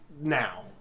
now